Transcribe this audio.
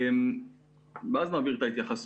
ואז נעביר את ההתייחסות.